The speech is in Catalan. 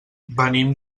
venim